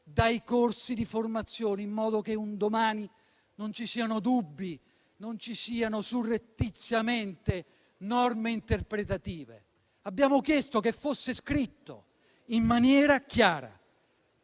dai corsi di formazione, in modo che un domani non ci siano dubbi e non ci siano surrettiziamente norme interpretative; abbiamo chiesto che fosse scritto in maniera chiara